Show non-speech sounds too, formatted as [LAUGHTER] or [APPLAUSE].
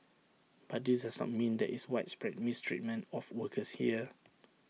but this [UNINTELLIGIBLE] mean there is widespread mistreatment of workers here